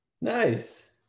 Nice